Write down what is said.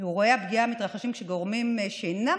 אירועי הפגיעה מתרחשים כשגורמים שאינם